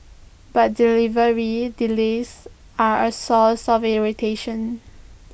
but delivery delays are A source of irritation